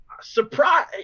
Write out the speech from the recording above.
Surprise